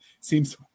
seems